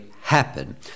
happen